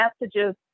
messages